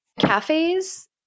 cafes